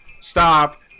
Stop